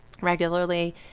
regularly